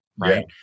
right